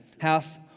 House